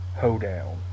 Hoedown